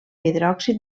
hidròxid